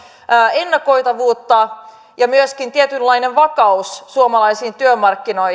ennakoitavuutta ja myöskin tietynlaista vakautta suomalaisille työmarkkinoille